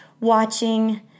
watching